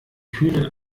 kühnen